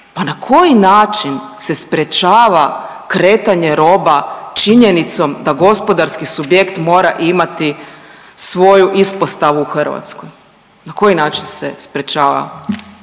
Pa na koji način se sprječava kretanje roba činjenicom da gospodarski subjekt mora imati svoju ispostavu u Hrvatskoj, na koji način se sprječava